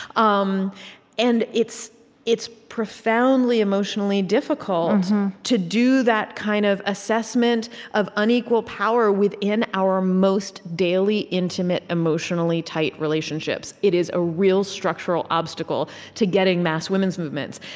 um and it's it's profoundly emotionally difficult to do that kind of assessment of unequal power within our most daily, intimate, emotionally tight relationships. it is a real structural obstacle to getting mass women's movements.